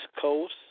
Coast